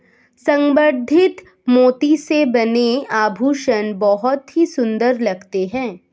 संवर्धित मोती से बने आभूषण बहुत ही सुंदर लगते हैं